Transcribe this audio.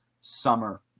summer